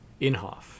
inhofe